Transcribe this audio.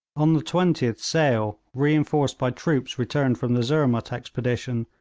on the twentieth sale, reinforced by troops returned from the zurmut expedition,